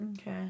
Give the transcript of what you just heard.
Okay